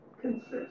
consist